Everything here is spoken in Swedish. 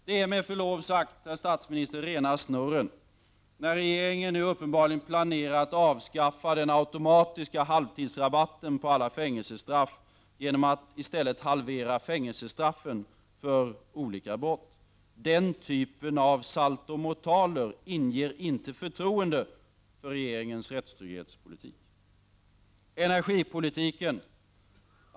Det är med förlov sagt, herr statsminister, rena snurren att regeringen nu uppenbarligen planerar att avskaffa den automatiska halvtidsrabatten på alla fängelsestraff, genom att i stället halvera fängelsestraffen för olika brott. Den typen av saltomortaler inger inte förtroende för regeringens rättstrygghetspolitik. Ytterligare ett område är energipolitiken.